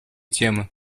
темы